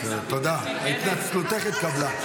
תודה, התנצלותך התקבלה.